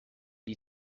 die